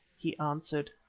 he answered.